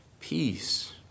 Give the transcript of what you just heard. peace